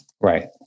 Right